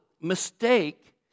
mistake